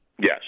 Yes